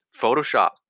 Photoshop